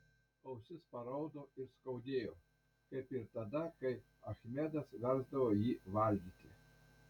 ausis paraudo ir skaudėjo kaip ir tada kai achmedas versdavo jį valgyti